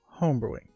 homebrewing